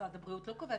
משרד הבריאות לא קובע.